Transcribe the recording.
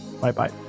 Bye-bye